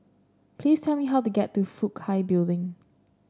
please tell me how to get to Fook Hai Building